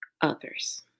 others